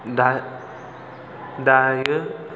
दा दायो